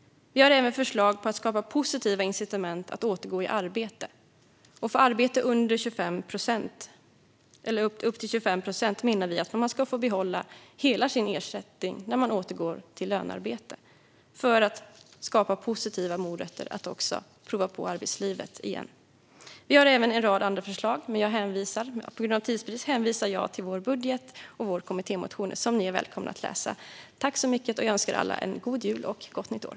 Vi har även förslag på att skapa positiva incitament att återgå i arbete. Vi menar att man när man återgår till lönearbete på upp till 25 procent ska få behålla hela sin ersättning från Försäkringskassan för att det ska skapas positiva morötter att prova på arbetslivet igen. Vi har även en rad andra förslag, men jag hänvisar till vår budget och vår kommittémotion som ni gärna får läsa. Jag önskar alla en god jul och ett gott nytt år.